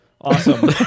Awesome